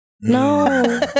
No